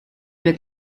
due